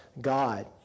God